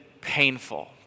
painful